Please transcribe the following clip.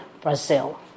Brazil